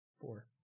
Four